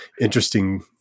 interesting